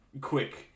quick